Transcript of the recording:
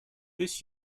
this